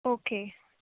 okay